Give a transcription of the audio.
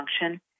function